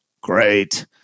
great